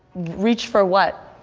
reach for what?